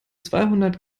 zweihundert